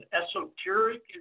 esoteric